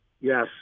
Yes